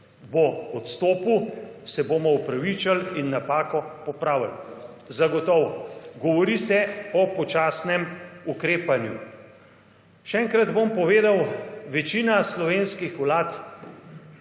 bo odstopil se bomo opravičili in napako popravili zagotovo. Govori se o povečanem ukrepanju. Še enkrat bom povedal večina slovenskih vlad